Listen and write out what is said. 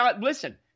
listen